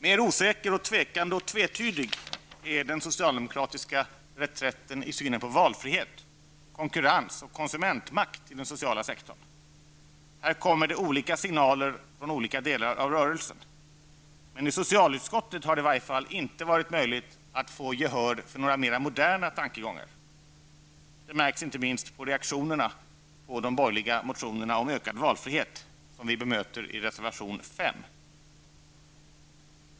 Mer osäker, tvekande och tvetydig är den socialdemokratiska reträtten när det gäller synen på valfrihet, konkurrens och konsumentmakt inom den sociala sektorn. Här kommer det olika signaler från olika delar av rörelsen. I socialutskottet har det inte varit möjligt att få gehör för några mer moderna tankegångar. Det märks inte minst på reaktionerna och på de borgerliga motionerna om ökad valfrihet. Dem bemöter vi i reservation 5.